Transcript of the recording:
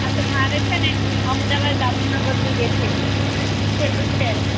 હા તો મારે છે ને અમદાવાદ બાપુનગર જોઈએ છે છેલ્લું સ્ટેન્ડ